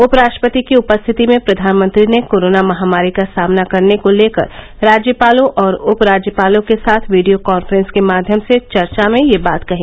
उप राष्ट्रपति की उपस्थिति में प्रधानमंत्री ने कोरोना महामारी का सामना करने को लेकर राज्यपालों और उप राज्यपालों के साथ वीडियो कॉन्फ्रेन्स के माध्यम से चर्चा में यह बात कही